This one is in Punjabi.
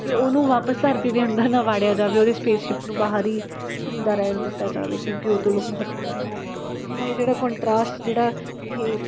ਕਿ ਉਹਨੂੰ ਵਾਪਸ ਧਰਤੀ ਦੇ ਅੰਦਰ ਨਾ ਵਾੜਿਆ ਜਾਵੇ ਉਹਦੇ ਸਪੇਸਸ਼ਿਪ ਨੂੰ ਬਾਹਰ ਹੀ ਘੁੰਮਦਾ ਰਹਿਣ ਦਿੱਤਾ ਜਾਵੇ ਕਿਉਂਕਿ ਉਹ ਤੋਂ ਲੋਕ ਬਹੁਤ ਤੰਗ ਸੀ ਤਾਂ ਇਹ ਜਿਹੜਾ ਕੋਂਟਰਾਸਟ ਜਿਹੜਾ ਇਹ